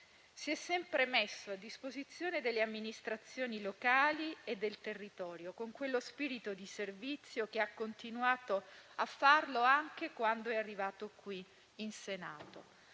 Si è sempre messo a disposizione delle amministrazioni locali e del territorio, con quello spirito di servizio che ha continuato a dimostrare anche quando è arrivato in Senato;